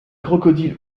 crocodile